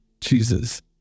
Jesus